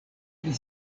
pri